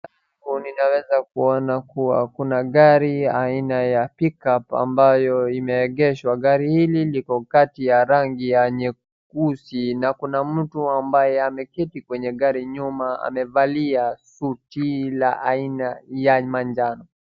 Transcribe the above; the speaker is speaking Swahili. Huu ninaweza kuona kuwa kuna gari aina ya Pickup ambayo imeegeshwa. Gari hili liko kati ya rangi ya nyeusi na kuna mtu ambaye ameketi kwenye gari nyuma amevalia suti la aina ya manjano.